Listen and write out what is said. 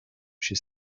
she